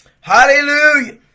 Hallelujah